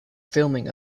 filming